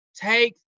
Take